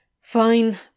Fine